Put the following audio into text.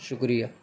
شکریہ